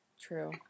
True